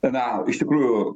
na iš tikrųjų